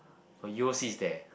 oh U_O_C is there